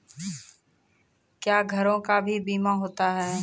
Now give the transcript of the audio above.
क्या घरों का भी बीमा होता हैं?